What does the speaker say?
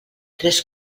tres